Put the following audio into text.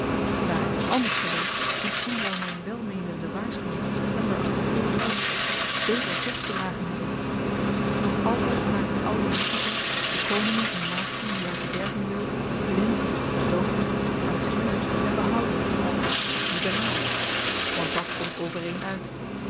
ware dit ànders geweest misschien zou myn welmeenende waarschuwing van september beter vrucht gedragen hebben nog altyd maakt de oude jupiter de koningen en natien die hy verderven wil blind doof krankzinnig en behoudend of liberaal want dat komt overeen uit